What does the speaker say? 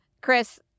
Chris